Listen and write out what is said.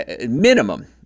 minimum